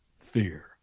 fear